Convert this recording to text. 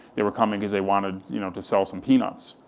they were coming because they wanted you know to sell some peanuts,